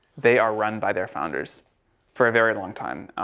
they are run by their founders for a very long time,